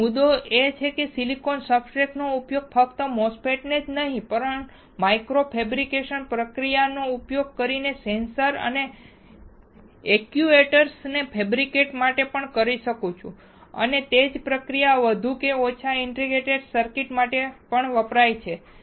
તેથી મુદ્દો એ છે કે હું સિલિકોન સબસ્ટ્રેટ નો ઉપયોગ ફક્ત MOSFETsને જ નહીં પણ માઇક્રો ફેબ્રિકેશન પ્રક્રિયાનો ઉપયોગ કરીને સેન્સર અને એક્ટ્યુએટર્સ ને ફૅબ્રિકેટ માટે પણ કરી શકું છું અને તે જ પ્રક્રિયા વધુ કે ઓછા ઇન્ટિગ્રેટેડ સર્કિટ્સ માટે પણ વપરાય છે